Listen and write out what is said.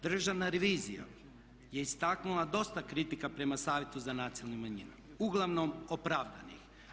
Državna revizija je istaknula dosta kritika prema Savjetu za nacionalne manjine, uglavnom opravdanih.